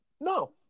no